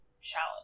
challenge